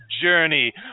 journey